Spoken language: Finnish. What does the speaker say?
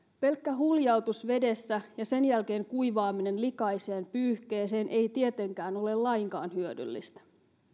pelkkä huljautus vedessä ja sen jälkeen kuivaaminen likaiseen pyyhkeeseen ei tietenkään ole lainkaan hyödyllistä